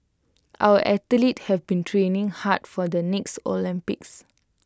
our athletes have been training hard for the next Olympics